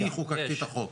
אני חוקקתי את החוק.